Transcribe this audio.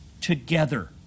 TOGETHER